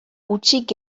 hutsik